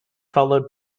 followed